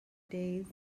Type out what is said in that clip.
days